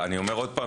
אני אומר שוב,